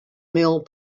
mill